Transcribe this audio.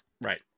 Right